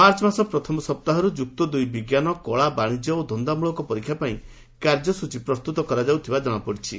March ମାସ ପ୍ରଥମ ସପ୍ତାହରୁ ଯୁକ୍ତ ଦୁଇ ବିଙ୍କାନ କଳା ବାଶିଜ୍ୟ ଓ ଧନ୍ଦାମିଳକ ପରୀକ୍ଷା ପାଇଁ କାର୍ଯ୍ୟଟୀ ପ୍ରସ୍ତୁତ କରାଯାଉଥିବା ଜଣାପଡ଼ିଛି